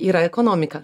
yra ekonomika